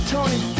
Tony